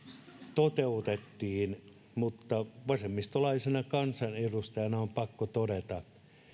toteutettiin mutta vasemmistolaisena kansanedustajana on pakko todeta